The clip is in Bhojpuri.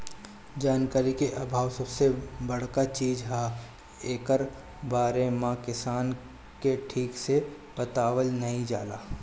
जानकारी के आभाव सबसे बड़का चीज हअ, एकरा बारे में किसान के ठीक से बतवलो नाइ जाला